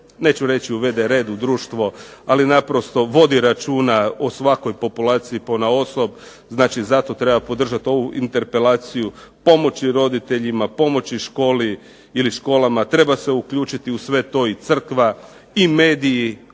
neću reći uvede red u društvo, ali naprosto vodi računa o svakoj populaciji ponaosob, znači zato treba podržati ovu interpelaciju, pomoći roditeljima, pomoći školi, ili školama, treba se uključiti u sve to i crkva i mediji,